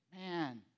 Man